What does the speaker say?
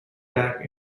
back